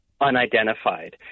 unidentified